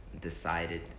decided